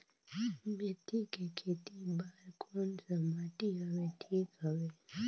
मेथी के खेती बार कोन सा माटी हवे ठीक हवे?